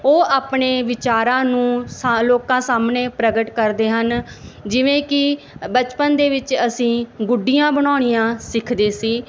ਉਹ ਆਪਣੇ ਵਿਚਾਰਾਂ ਨੂੰ ਸਾ ਲੋਕਾਂ ਸਾਹਮਣੇ ਪ੍ਰਗਟ ਕਰਦੇ ਹਨ ਜਿਵੇਂ ਕਿ ਬਚਪਨ ਦੇ ਵਿੱਚ ਅਸੀਂ ਗੁੱਡੀਆਂ ਬਣਾਉਣੀਆਂ ਸਿੱਖਦੇ ਸੀ